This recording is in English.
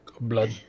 blood